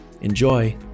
Enjoy